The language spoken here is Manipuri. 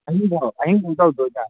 ꯑꯍꯤꯡ ꯐꯥꯎ ꯑꯍꯤꯡ ꯐꯥꯎ ꯇꯧꯗꯣꯏꯕ